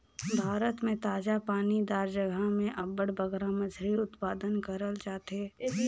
भारत में ताजा पानी दार जगहा में अब्बड़ बगरा मछरी उत्पादन करल जाथे